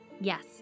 Yes